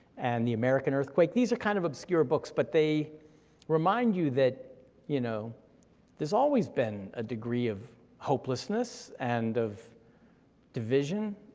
and the american earthquake, these are kind of obscure books, but they remind you that you know there's always been a degree of hopelessness and of division,